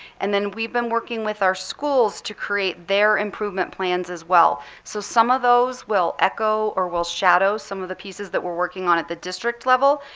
and then we've been working with our schools to create their improvement plans as well. so some of those will echo or will shadow some of the pieces that we're working on at the district level.